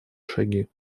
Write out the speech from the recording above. шаги